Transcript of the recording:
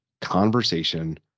conversation